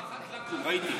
רחת לוקום, ראיתי.